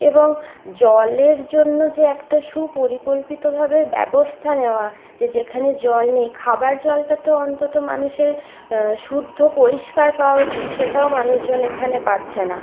এবং জলের জন্য যে একটা সুপরিকল্পিতভাবে ব্যবস্থা নেওয়া যে যেখানে জল নেই খাবার জলটা তো অন্তত মানুষের শুদ্ধ পরিষ্কার পাওয়া উচিৎ সেটাও মানুষজন এখানে পাচ্ছে না